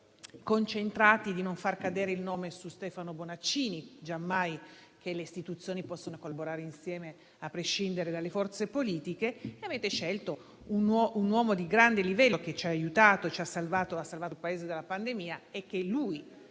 sull'obiettivo di non far emergere il nome di Stefano Bonaccini: giammai che le istituzioni possano collaborare insieme a prescindere dalle forze politiche. Avete scelto un uomo di grande livello, che ci ha aiutato e che ha salvato il Paese della pandemia, e che ora